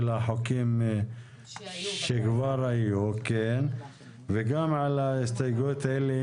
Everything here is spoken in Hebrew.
החוקים שכבר היו וגם על ההסתייגויות האלה,